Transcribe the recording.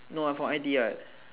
no I from I_T_E [what]